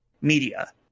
media